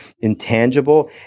intangible